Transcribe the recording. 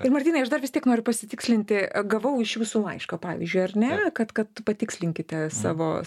bet martynai aš dar vis tiek noriu pasitikslinti gavau iš jūsų laišką pavyzdžiui ar ne kad kad patikslinkite savo